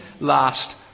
last